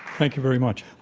thank you very much,